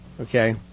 Okay